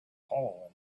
hole